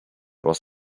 was